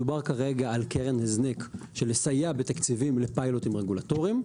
מדובר כרגע על קרן הזנק של לסייע בתקציבים לפיילוטים רגולטורים.